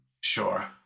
sure